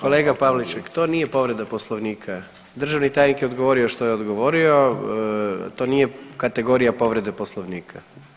Kolega Pavliček to nije povreda poslovnika, državni tajnik je odgovorio što je odgovorio to nije kategorija povrede poslovnika.